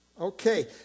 Okay